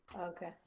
Okay